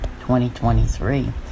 2023